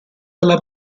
dalla